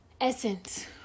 essence